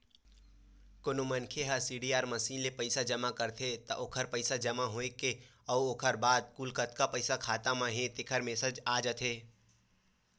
कोनो मनखे ह सीडीआर मसीन ले पइसा जमा करथे त ओखरो पइसा जमा होए के अउ ओखर बाद कुल कतका पइसा खाता म हे तेखर मेसेज आ जाथे